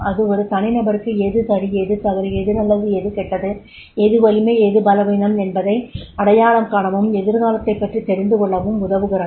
இது ஒரு தனிநபருக்கு எது சரி எது தவறு எது நல்லது கெட்டது எது வலிமை பலவீனம் எது என்பதை அடையாளம் காணவும் எதிர்காலத்தைப் பற்றித் தெரிந்துகொள்ளவும் உதவுகிறது